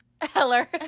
heller